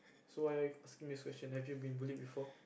so why are you asking this question have you been bully before